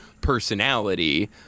personality